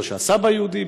או שהסבא יהודי,